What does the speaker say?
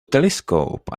telescope